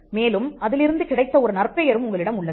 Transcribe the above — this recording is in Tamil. மேலும் அதிலிருந்து கிடைத்த ஒரு நற்பெயரும் உங்களிடம் உள்ளது